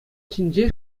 тӗнче